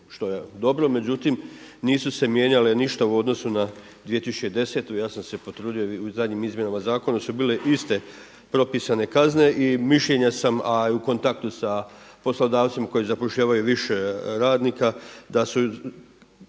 što je dobro, međutim nisu se mijenjale ništa u odnosu na 2010., ja sam se potrudio i u zadnjim izmjenama zakona su bile iste propisane kazne i mišljenja sam, a i u kontaktu sa poslodavcima koji zapošljavaju više radnika da su